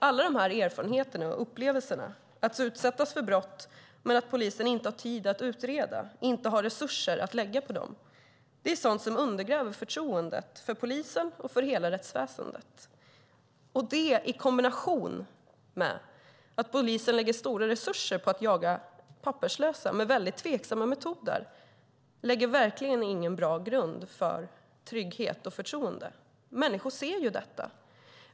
Alla de här erfarenheterna och upplevelserna, att utsättas för brott men att polisen inte har tid att utreda, inte har resurser att lägga på dem, är sådant som undergräver förtroendet för polisen och för hela rättsväsendet. Detta i kombination med att polisen lägger stora resurser på att jaga papperslösa med väldigt tveksamma metoder lägger verkligen ingen bra grund för trygghet och förtroende. Människor ser ju detta.